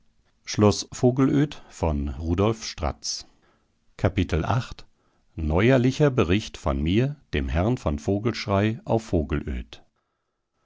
neuerlicher bericht von mir dem herrn von vogelschrey auf vogelöd